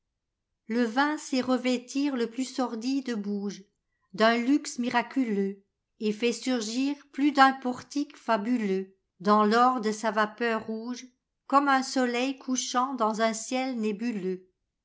le vin sait revêtir le plus sordide bouge d'un luxe miraculeux et fait surgir plus d'un portique fabuleux dans tor de sa vapeur rouge comme un soleil couchant dans un ciel nébuleux